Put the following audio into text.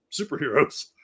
superheroes